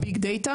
או ביג דאטה,